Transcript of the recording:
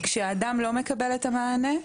כשאדם לא מקבל את המענה,